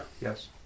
Yes